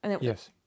Yes